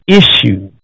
issue